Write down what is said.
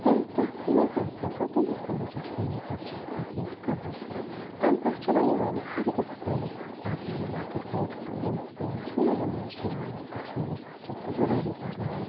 تٔمۍ کیٛاہ تِمو کیٛاہ کوٚر پتہٕ تِمو کوٚر یہِ کَشمیٖری سبجیٚکٹہٕ پَتہٕ ییٚتہِ کَمپَلسٔری تَنہٕ پٮ۪ٹھ چھُ وۄنۍ یِوان یہِ ہر أکِس سکوٗلَس منٛز پَرناونہٕ لۄکٕٹۍ بٔڑۍ سُہ یِم سکوٗل چھِ یِمَن منٛز چھُ یِوان وۄنۍ یہِ کَشمیٖری سَبجیٚکٹہٕ ضروٗری پَرناونہٕ